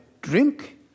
drink